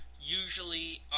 usually